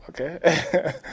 Okay